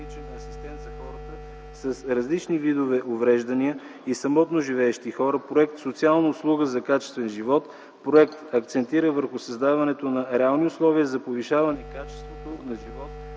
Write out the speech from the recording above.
върху създаването на реални условия за повишаване качеството на живот